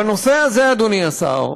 בנושא הזה, אדוני השר,